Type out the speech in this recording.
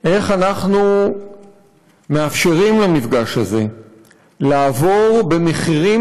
איך אנחנו מאפשרים למפגש הזה לעבור במחירים